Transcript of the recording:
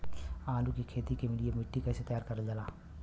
आलू की खेती के लिए मिट्टी कैसे तैयार करें जाला?